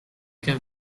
can